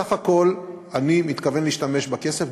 בסך הכול אני מתכוון להשתמש בכסף.